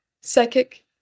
psychic